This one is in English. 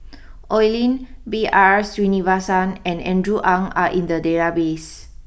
Oi Lin B R Sreenivasan and Andrew Ang are in the database